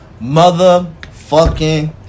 Motherfucking